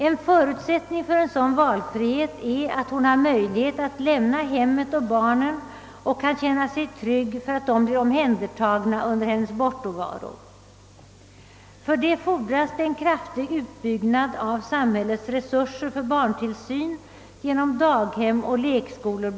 En förutsättning för en sådan valfrihet är att hon har möjlighet att lämna hemmet och barnen och kan känna sig trygg för att dessa blir omhändertagna under hennes bortovaro. Härför fordras en kraftig utbyggnad av samhällets resurser för barntillsyn bl.a. genom daghem och lekskolor.